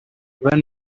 when